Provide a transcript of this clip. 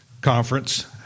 conference